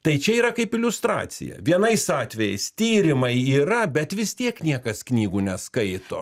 tai čia yra kaip iliustracija vienais atvejais tyrimai yra bet vis tiek niekas knygų neskaito